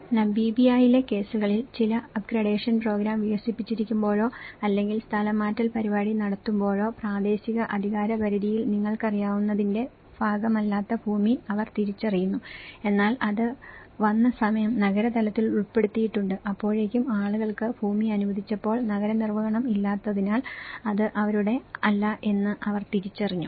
നമീബിയയിലെ കേസുകളിൽ ചില upgradation programme വികസിപ്പിച്ചിരിക്കുമ്പോഴോ അല്ലെങ്കിൽ സ്ഥലം മാറ്റൽ പരിപാടി നടത്തുമ്പോഴോ പ്രാദേശിക അധികാരപരിധിയിൽ നിങ്ങൾക്കറിയാവുന്നതിന്റെ ഭാഗമല്ലാത്ത ഭൂമി അവർ തിരിച്ചറിഞ്ഞു എന്നാൽ അത് വന്ന സമയം നഗര തലത്തിൽ ഉൾപ്പെടുത്തിയിട്ടുണ്ട് അപ്പോഴേക്കും ആളുകൾക്ക് ഭൂമി അനുവദിച്ചപ്പോൾ നഗര നിർവ്വഹണം ഇല്ലാത്തതിനാൽ അത് അവരുടെ അല്ല എന്ന് അവർ തിരിച്ചറിഞ്ഞു